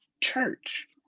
church